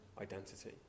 identity